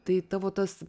tai tavo tas